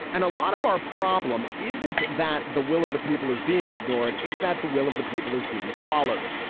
and a lot of our problem isn't that the will of the people is being ignored. it's that the will of the people is being followed.